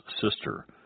sister